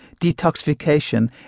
detoxification